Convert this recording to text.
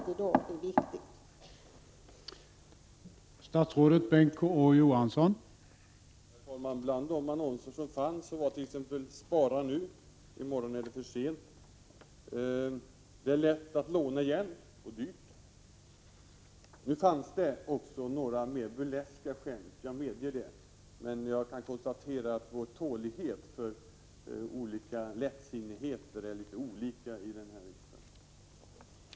Det är viktigt.